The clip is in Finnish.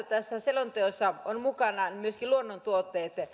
tässä selonteossa ovat mukana myöskin luonnontuotteet